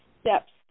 steps